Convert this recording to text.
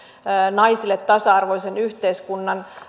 naisille tasa arvoisen yhteiskunnan